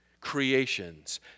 creations